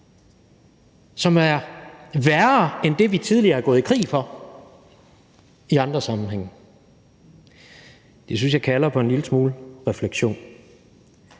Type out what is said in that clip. som er værre end det, vi tidligere er gået i krig for i andre sammenhænge. Det synes jeg kalder på en lille smule refleksion.